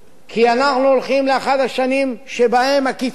כי אנחנו הולכים לאחת השנים שבהן הקיצוץ